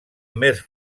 més